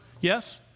Yes